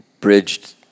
bridged